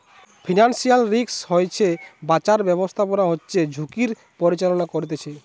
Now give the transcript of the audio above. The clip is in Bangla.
ফিনান্সিয়াল রিস্ক হইতে বাঁচার ব্যাবস্থাপনা হচ্ছে ঝুঁকির পরিচালনা করতিছে